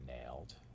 nailed